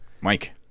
Mike